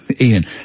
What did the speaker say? Ian